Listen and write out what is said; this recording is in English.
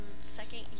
second